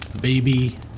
baby